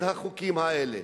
החוקים האלה.